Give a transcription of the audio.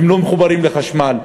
והם לא מחוברים לחשמל.